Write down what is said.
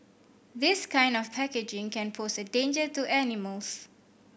this kind of packaging can pose a danger to animals